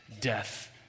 death